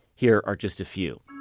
here are just a few